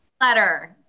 Letter